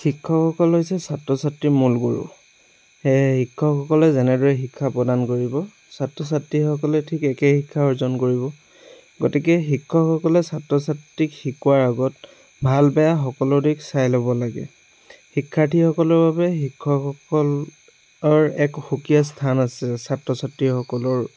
শিক্ষকসকল হৈছে ছাত্ৰ ছাত্ৰীৰ মূল গুৰু সেই শিক্ষকসকলে যেনেদৰে শিক্ষা প্ৰদান কৰিব ছাত্ৰ ছাত্ৰীসকলে ঠিক একেই শিক্ষা অৰ্জন কৰিব গতিকে শিক্ষকসকলে ছাত্ৰ ছাত্ৰীক শিকোৱাৰ আগত ভাল বেয়া সকলো দিশ চাই ল'ব লাগে শিক্ষাৰ্থীসকলৰ বাবে শিক্ষকসকলৰ এক সুকীয়া স্থান আছে ছাত্ৰ ছাত্ৰীসকলৰ